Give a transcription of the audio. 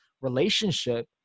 relationship